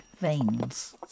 veins